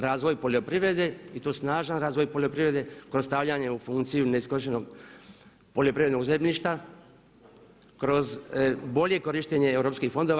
Razvoj poljoprivrede i to snažan razvoj poljoprivrede kroz stavljanje u funkciju neiskorištenog poljoprivrednog zemljišta, kroz bolje korištenje europskih fondova.